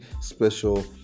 special